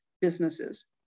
businesses